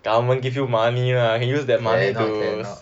cannot cannot